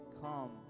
come